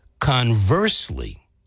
Conversely